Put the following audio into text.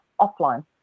offline